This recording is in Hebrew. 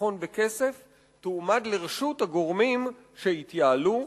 וחיסכון בכסף יועמדו לרשות הגורמים שיתייעלו,